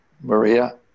Maria